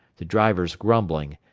the drivers grumbling,